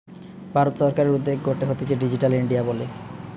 ভারত সরকারের উদ্যোগ গটে হতিছে ডিজিটাল ইন্ডিয়া বলে